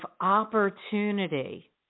opportunity